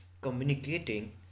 communicating